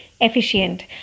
Efficient